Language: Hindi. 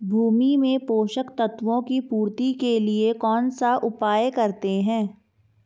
भूमि में पोषक तत्वों की पूर्ति के लिए कौनसा उपाय करते हैं?